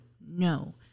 no